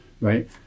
right